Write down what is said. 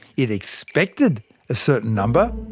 it expected a certain number,